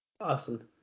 Awesome